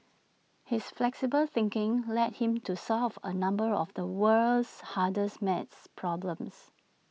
his flexible thinking led him to solve A number of the world's hardest math problems